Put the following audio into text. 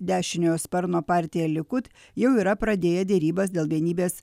dešiniojo sparno partija likud jau yra pradėję derybas dėl vienybės